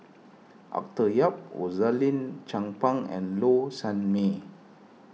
Arthur Yap Rosaline Chan Pang and Low Sanmay